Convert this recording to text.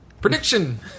Prediction